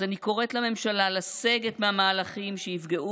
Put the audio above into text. אז אני קוראת לממשלה לסגת מהמהלכים שיפגעו